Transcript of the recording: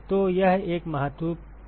तो यह एक महत्वपूर्ण प्रश्न है